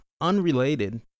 Unrelated